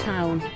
Town